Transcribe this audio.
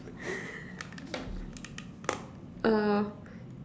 uh